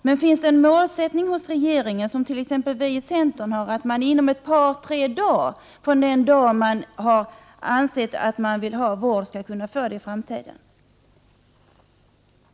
Men ändå skulle jag vilja veta om regeringen har samma målsättning som t.ex. vi i centern, nämligen att det i framtiden skall vara möjligt för dem som anser sig vara i behov av vård att också få sådan, och detta inom loppet av ett par tre dagar efter det att vederbörande har anmält sitt intresse för vård.